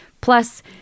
Plus